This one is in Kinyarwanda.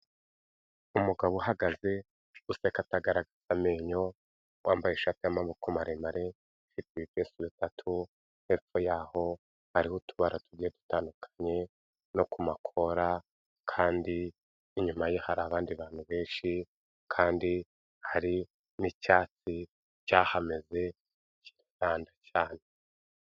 Umugabo uhagaze, useka atagaragaza amenyo, wambaye ishati y'amaboko maremare ifite ibipesu bitatu, hepfo yaho hariho utubara tugiye dutandukanye no ku makora kandi inyuma ye hari abandi bantu benshi kandi hari n'icyatsi cyahameze, kiraranda cyane.